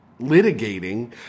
litigating